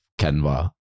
Canva